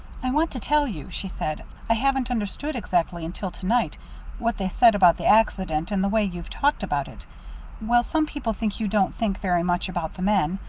i want to tell you, she said, i haven't understood exactly until to-night what they said about the accident and the way you've talked about it well, some people think you don't think very much about the men,